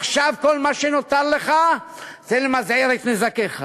עכשיו כל מה שנותר לך זה למזער את נזקיך.